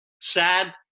sad